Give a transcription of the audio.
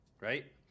right